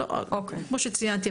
כמו שציינתי,